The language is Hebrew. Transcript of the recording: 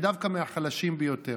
ודווקא מהחלשים ביותר.